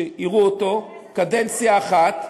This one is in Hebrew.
שיראו אותו קדנציה אחת,